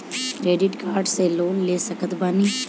Credit card से loan ले सकत बानी?